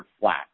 flat